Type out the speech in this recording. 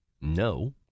No